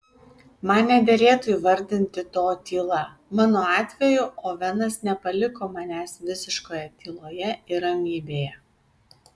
man nederėtų įvardinti to tyla mano atveju ovenas nepaliko manęs visiškoje tyloje ir ramybėje